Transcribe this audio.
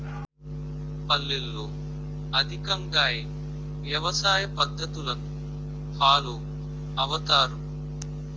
పల్లెల్లో అధికంగా ఏ వ్యవసాయ పద్ధతులను ఫాలో అవతారు?